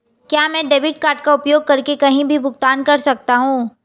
क्या मैं debit card का उपयोग करके कहीं भी भुगतान कर सकता हूं?